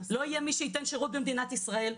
לא יהיה מי שייתן שירות במדינת ישראל,